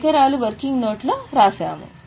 పరికరాలు working note లో రాసాము